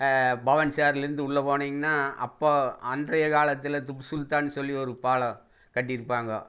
பவானிசாகர்லேருந்து உள்ளே போனிங்கன்னா அப்போது அன்றைய காலத்தில் திப்பு சுல்தான் சொல்லி ஒரு பாலம் கட்டிருப்பாங்க